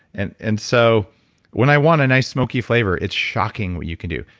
and and so when i want a nice, smoky flavor, it's shocking what you can do.